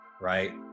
right